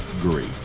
great